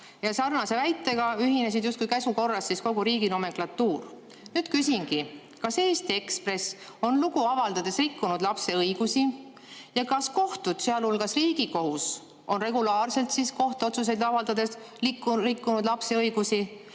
Sarnase väitega ühines justkui käsu korras kogu riigi nomenklatuur. Nüüd küsingi, kas Eesti Ekspress on lugu avaldades rikkunud lapse õigusi, ja kas kohtud, sealhulgas Riigikohus, on regulaarselt kohtuotsuseid avaldades rikkunud lapse õigusi.